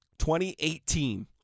2018